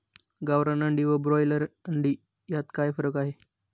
गावरान अंडी व ब्रॉयलर अंडी यात काय फरक आहे?